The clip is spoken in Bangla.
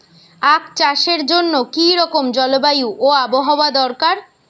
আখ চাষের জন্য কি রকম জলবায়ু ও আবহাওয়া দরকার?